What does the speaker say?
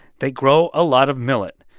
they grow a lot of millet,